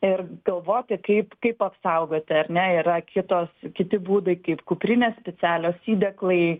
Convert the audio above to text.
ir galvoti kaip kaip apsaugoti ar ne yra kitos kiti būdai kaip kuprinės specialios įdėklai